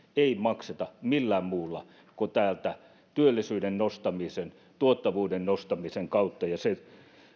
ei makseta millään muulla kuin työllisyyden nostamisen ja tuottavuuden nostamisen kautta ja se